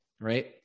right